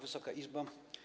Wysoka Izbo!